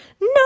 No